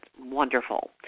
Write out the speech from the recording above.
wonderful